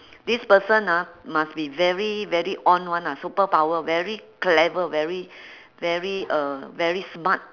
this person ah must be very very on [one] ah superpower very clever very very uh very smart